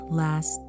last